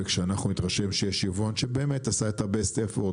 וכשאנחנו מתרשמים שיש יבואן שעשה את ה-best effort,